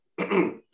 Okay